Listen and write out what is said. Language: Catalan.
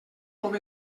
com